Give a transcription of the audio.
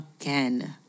again